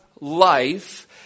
life